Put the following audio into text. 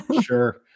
Sure